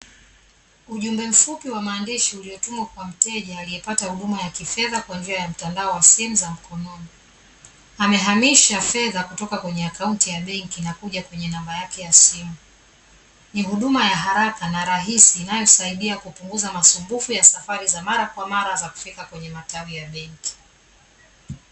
Ujumbe mfupi wa maandishi uliotumwa kwa mteja aliyepata huduma ya kifedha kwa njia ya mtandao wa simu za mkononi, amehamisha fedha kutoka kwenye akaunti ya benki na kuja kwenye namba yake ya simu. Ni huduma ya haraka na rahisi inayosaidia kupunguza masumbufu ya safari za mara kwa mara za kufika kwenye matawi ya benki.